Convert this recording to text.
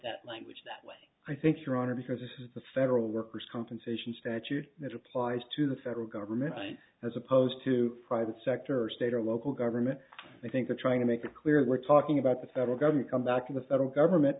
that language the way i think your honor because of the federal workers compensation statute that applies to the federal government as opposed to private sector or state or local government i think are trying to make it clear we're talking about the federal government come back to the federal government